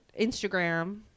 Instagram